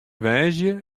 woansdei